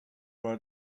were